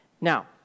now